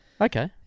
Okay